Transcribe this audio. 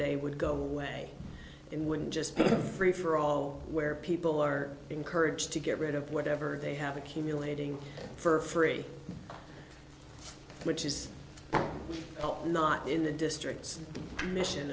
day would go away in wouldn't just be free for all where people are encouraged to get rid of whatever they have accumulating for free which is not in the district's mission